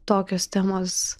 tokios temos